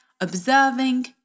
observing